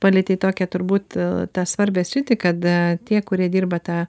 palietei tokią turbūt tą svarbią sritį kad tie kurie dirba tą